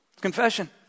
Confession